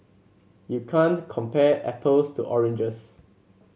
you can't compare apples to oranges